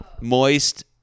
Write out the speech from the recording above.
moist